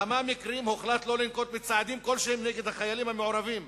בכמה מקרים הוחלט שלא לנקוט צעדים כלשהם נגד החיילים המעורבים.